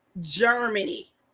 Germany